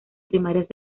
primarias